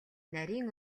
нарийн